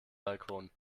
balkon